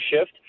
shift